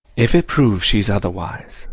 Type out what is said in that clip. if it prove she's otherwise,